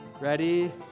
Ready